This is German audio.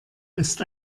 ist